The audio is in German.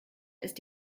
ist